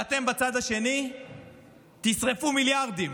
ואתם בצד השני תשרפו מיליארדים